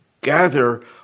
gather